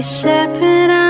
shepherd